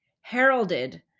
heralded